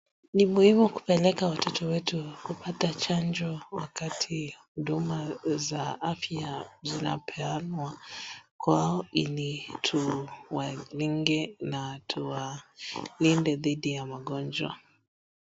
Ni muhimu kupeleka watoto wetu kupata chanjo wakati huduma za afya zinapeanwa kwao ili tuwakinge na tuwalinde dhidi ya magonjwa.